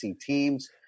teams